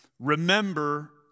remember